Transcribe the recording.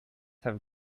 have